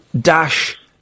Dash